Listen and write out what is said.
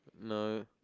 No